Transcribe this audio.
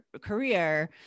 career